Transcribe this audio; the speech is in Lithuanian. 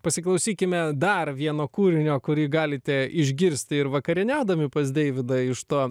pasiklausykime dar vieno kūrinio kurį galite išgirsti ir vakarieniaudami pas deividą iš to